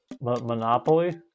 Monopoly